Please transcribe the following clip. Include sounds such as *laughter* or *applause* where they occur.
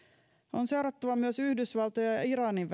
on seurattava myös yhdysvaltojen ja ja iranin *unintelligible*